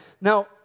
Now